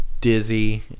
dizzy